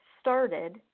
started